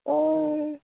অঁ